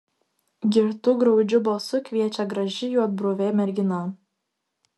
girtu graudžiu balsu kviečia graži juodbruvė mergina